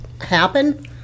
happen